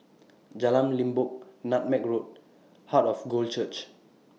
Jalan Limbok Nutmeg Road Heart of God Church